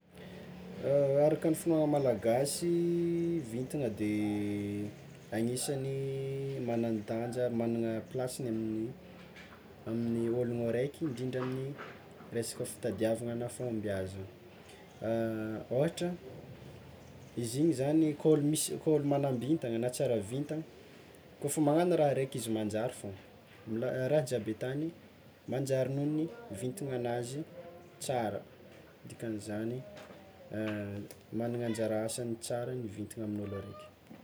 Araka ny finoana malagasy vintana de agnisan'ny manan-danja manana plaseny amin'ny amin'ny ologno araiky indrindra amin'ny resaka fitadiavana na fahombiazana, ôhatra izy igny koa mis- koa olo magnambitagna na tsara vintany kôfa magnagno raha araika izy manjary fôgna, mil- raha jiaby ataony manjary noho ny vintananazy tsara dikan'izany magnana anjara asany tsara ny vintana amin'olo araiky.